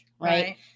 Right